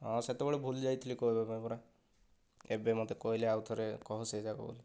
ହଁ ସେତବେଳେ ଭୁଲି ଯାଇଥିଲି କହିବା ପାଇଁ ପରା ଏବେ ମତେ କହିଲେ ଆଉ ଥରେ କହ ସେଇ ଜାକ ବୋଲି